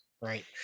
right